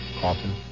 Coffin